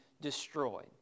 destroyed